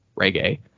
reggae